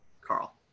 Carl